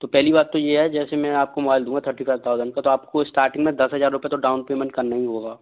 तो पहली बात तो यह है जैसे मैं आपको मोबाइल दूँगा थर्टी फ़ाइव थाउज़ंड का तो आपको स्टार्टिंग में दस हज़ार रूपये तो डाउन पेमेंट करना ही होगा